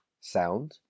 sound